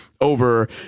over